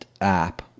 app